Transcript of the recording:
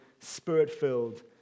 Spirit-filled